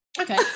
Okay